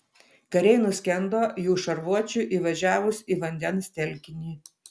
kariai nuskendo jų šarvuočiui įvažiavus į vandens telkinį